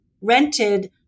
rented